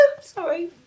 Sorry